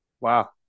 Wow